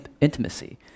intimacy